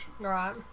Right